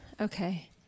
Okay